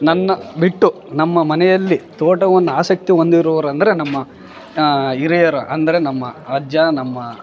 ನನ್ನ ಬಿಟ್ಟು ನಮ್ಮ ಮನೆಯಲ್ಲಿ ತೋಟವನ್ ಆಸಕ್ತಿ ಹೊಂದಿರೋರ್ ಅಂದರೆ ನಮ್ಮ ಹಿರಿಯರು ಅಂದರೆ ನಮ್ಮಅಜ್ಜ ನಮ್ಮ